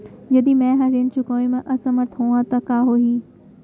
यदि मैं ह ऋण चुकोय म असमर्थ होहा त का होही?